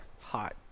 Hot